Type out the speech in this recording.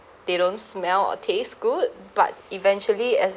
they don't smell or taste good but eventually as